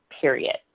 period